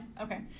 Okay